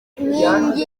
inkigni